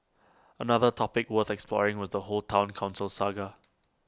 another topic worth exploring was the whole Town Council saga